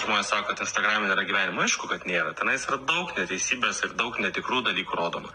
žmonės sako kad instagrame nėra gyvenimo aišku kad nėra tenais yra daug neteisybės ir daug netikrų dalykų rodoma